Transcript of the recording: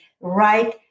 right